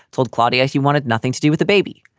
told claudia he wanted nothing to do with the baby.